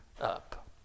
up